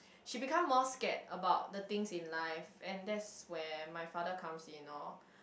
she become more scared about the things in life and that's where my father comes in lor